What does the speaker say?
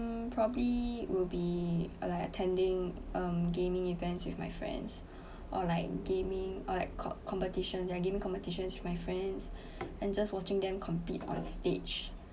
um probably will be like attending um gaming events with my friends or like gaming or like com~ competition gaming competitions with my friends and just watching them compete on stage